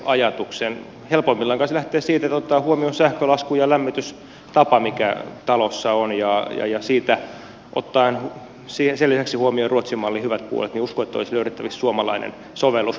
helpoimmillaan kai se lähtee siitä että otetaan huomioon sähkölasku ja lämmitystapa mikä talossa on ja jos otetaan sen lisäksi huomioon ruotsin mallin hyvät puolet niin uskon että olisi löydettävissä suomalainen sovellus